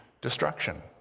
destruction